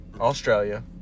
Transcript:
Australia